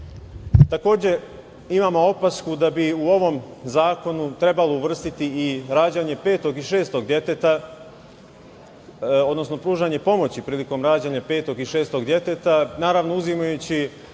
imamo opasku da bi u ovom zakonu trebalo uvrstiti i rađanje petog i šestog deteta, odnosno pružanje pomoći prilikom rađanja petog i šestog deteta, naravno uzimajući